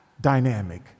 dynamic